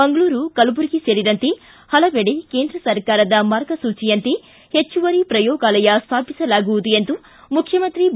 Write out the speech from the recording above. ಮಂಗಳೂರು ಕಲಬುರಗಿ ಸೇರಿದಂತೆ ಪಲವೆಡೆ ಕೇಂದ್ರ ಸರ್ಕಾರದ ಮಾರ್ಗಸೂಚಿಯಂತೆ ಹೆಚ್ಚುವರಿ ಪ್ರಯೋಗಾಲಯ ಸ್ವಾಪಿಸಲಾಗುವುದು ಎಂದು ಮುಖ್ಯಮಂತ್ರಿ ಬಿ